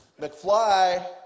McFly